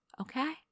Okay